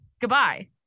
Goodbye